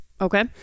Okay